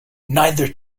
neither